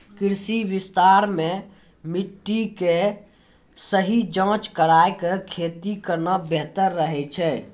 कृषि विस्तार मॅ मिट्टी के सही जांच कराय क खेती करना बेहतर रहै छै